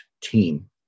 team